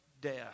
death